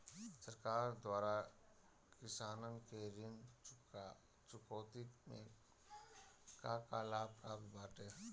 सरकार द्वारा किसानन के ऋण चुकौती में का का लाभ प्राप्त बाटे?